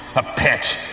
a pet,